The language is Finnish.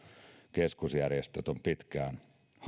keskusjärjestöt ovat pitkään